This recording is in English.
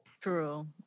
True